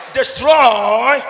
destroy